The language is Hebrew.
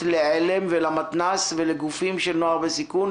לעל"ם ולמתנ"סים ולגופים של נוער בסיכון,